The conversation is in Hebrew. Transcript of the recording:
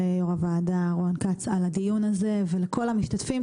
ולכל המשתתפים שטרחו והגיעו בבוקר ביום שני לכנסת